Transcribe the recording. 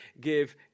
give